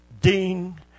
Dean